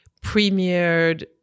premiered